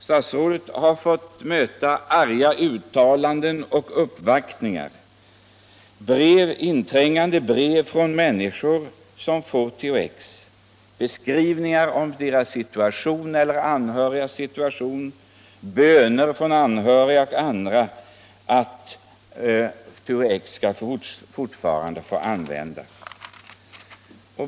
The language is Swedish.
Statsrådet har fått möta arga uttalanden och uppvaktningar, inträngande brev från människor som fått THX, beskrivningar av deras situation eller anhörigas situation, böner från anhöriga och andra om att THX fortfarande skall få användas.